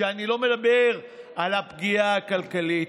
ואני לא מדבר על הפגיעה הכלכלית,